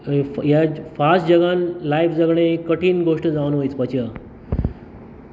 अ ह्या फास्ट जगान लायफ जगणे एक कठीण गोश्ट जावन वचपाची आहा